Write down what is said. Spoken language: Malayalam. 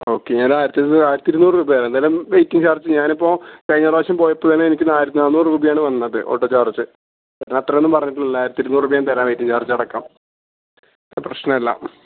ഓക്കെ ഞാൻ ഒരു ആയിരത്തി ഇരുനൂറ് ആയിരത്തി ഇരുനൂറ് രൂപ തരാം എന്തായാലും വെയ്റ്റിങ്ങ് ചാർജ് ഞാൻ ഇപ്പോൾ കഴിഞ്ഞ പ്രാവശ്യം പോയപ്പോൾ തന്നെ എനിക്ക് ആയിരത്തി നാനൂറ് രൂപയാണ് വന്നത് ഓട്ടോ ചാർജ് ചേട്ടൻ അത്രയൊന്നും പറഞ്ഞിട്ടില്ലല്ലോ ആയിരത്തി ഇരുനൂറ് രൂപ ഞാൻ തരാം വെയ്റ്റിങ് ചാർജ് അടക്കം അത് പ്രശ്നമില്ല